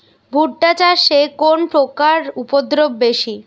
ভুট্টা চাষে কোন পোকার উপদ্রব বেশি?